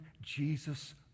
Jesus